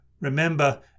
Remember